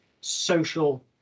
social